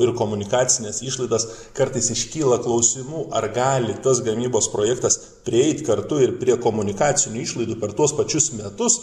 ir komunikacines išlaidas kartais iškyla klausimų ar gali tas gamybos projektas prieit kartu ir prie komunikacinių išlaidų per tuos pačius metus